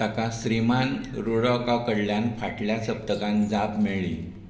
ताका श्रीमान रुडॉका कडल्यान फाटल्या सप्तकांत जाप मेळ्ळी